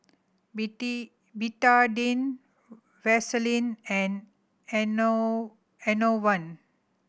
Betadine Vaselin and Enervon